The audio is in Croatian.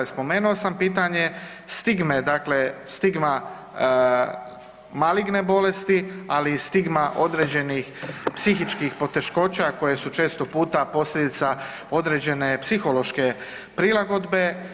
Spomenu sam pitanje stigme, dakle stigma maligne bolesti, ali i stigma određenih psihičkih poteškoća koje su često puta posljedica određene psihološke prilagodbe.